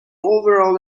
overall